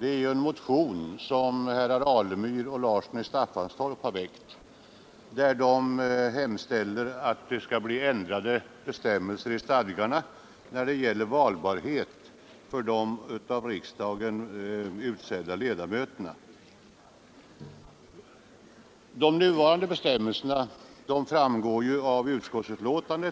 är en motion, som herrar Alemyr och Larsson i Staffanstorp har väckt och där de hemställer om ändring av stadgarna för Stiftelsen Riksbankens jubileumsfond när det gäller valbarheten för de av riksdagen utsedda ledamöterna. De nuvarande bestämmelsernas innebörd framgår av utskottsbetänkandet.